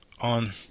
on